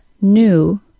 new